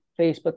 Facebook